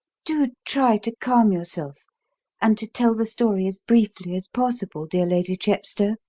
do try to calm yourself and to tell the story as briefly as possible, dear lady chepstow,